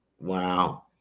Wow